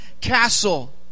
castle